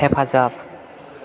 हेफाजाब